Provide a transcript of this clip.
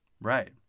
Right